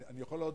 אני יכול?